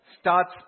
starts